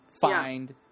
find